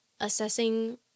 Assessing